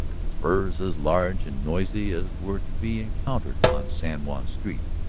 spurs as large and noisy as were to be encountered on san juan's street,